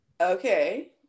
Okay